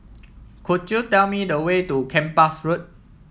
could you tell me the way to Kempas Road